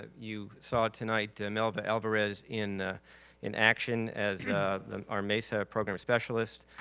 ah you saw it tonight, melva alvarez in in action as our mesa program specialist,